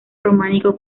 románico